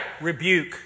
Rebuke